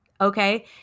okay